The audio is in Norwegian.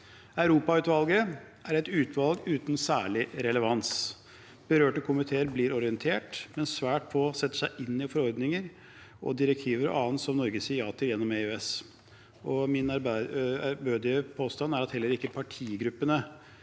Europautvalget er et utvalg uten særlig relevans. Berørte komiteer blir orientert, men svært få setter seg inn i forordninger, direktiver og annet som Norge sier ja til gjennom EØS. Min ærbødige påstand er at heller ikke partigruppene